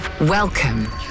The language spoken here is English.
Welcome